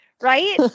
Right